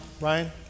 Ryan